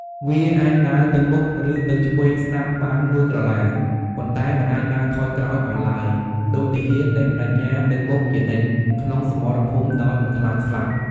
វាអាចដើរទៅមុខ ឬទៅឆ្វេងស្តាំបានមួយក្រឡា ប៉ុន្តែមិនអាចដើរថយក្រោយបានឡើយ ដូចទាហានដែលប្តេជ្ញាទៅមុខជានិច្ចក្នុងសមរភូមិដោយមិនខ្លាចស្លាប់។